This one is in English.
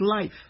life